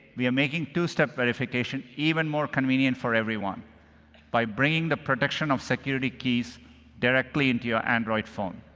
we are making two-step verification even more convenient for everyone by bringing the protection of security keys directly into your android phone.